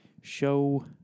show